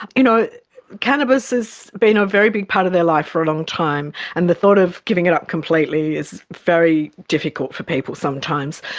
you know cannabis has been a very big part of their life for a long time, and the thought of giving it up completely is very difficult for people sometimes.